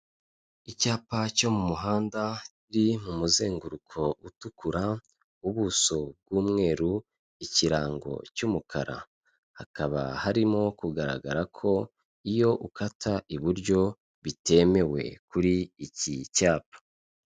Icyapa cyo mu muhanda kiri mu muzenguruko utukura, ubuso bw'umweru, ikirango cy'umukara, hakaba harimo kugaragara ko iyo ukata iburyo bitemewe kuri iki cyapa.